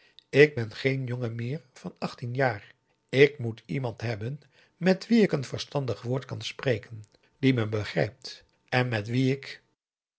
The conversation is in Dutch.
ik ben geen jongen meer van achttien jaar ik moet iemand hebben met wie ik een verstandig woord kan spreken die me begrijpt en met wie ik